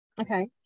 okay